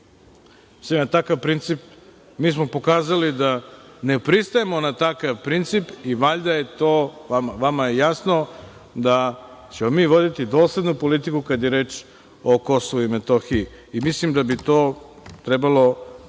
otvorena neka poglavlja. Mi smo pokazali da ne pristajemo na takav princip i valjda je to vama jasno, da ćemo mi voditi doslednu politiku kada je reč o Kosovu i Metohiji. Mislim da bi to trebalo